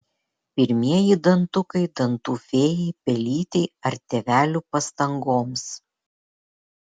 pirmieji dantukai dantų fėjai pelytei ar tėvelių pastangoms